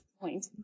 point